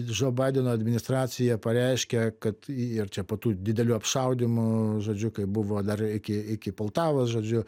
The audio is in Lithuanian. džo baideno administracija pareiškė kad ir čia po tų didelių apšaudymų žodžiu kaip buvo dar iki iki poltavos žodžiu